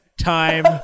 Time